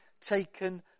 taken